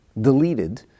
deleted